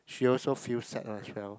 she also feel sad la she tell me